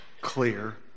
clear